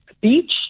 beach